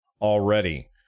already